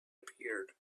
appeared